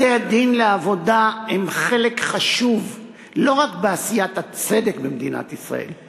בתי-הדין לעבודה הם חלק חשוב לא רק בעשיית הצדק במדינת ישראל,